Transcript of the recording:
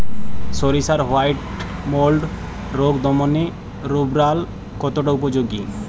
সরিষার white mould রোগ দমনে রোভরাল কতটা উপযোগী?